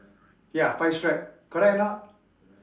ya five stripe correct or not